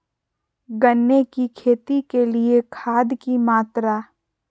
गन्ने की खेती के लिए खाद की मात्रा?